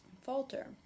falter